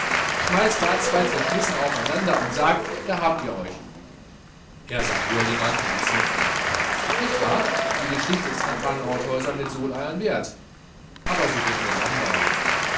schmeißt da zwei zerschmissene aufeinander und sagt da habt ihr euch er sah girlingern blinzelnd an nicht wahr die geschichte ist ein paar nordhäuser mit sooleiern wert aber mir wird sie langweilig